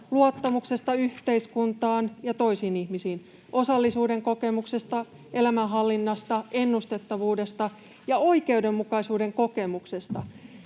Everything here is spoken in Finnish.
luottamuksesta yhteiskuntaan ja toisiin ihmisiin, osallisuuden kokemuksesta, elämänhallinnasta, ennustettavuudesta ja oikeudenmukaisuuden kokemuksesta.